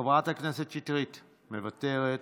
חברת הכנסת שטרית, מוותרת.